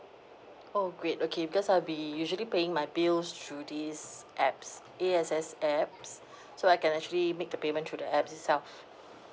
oh great okay because I'll be usually paying my bills through these apps A_X_S apps so I can actually make the payment through the apps itself